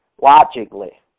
logically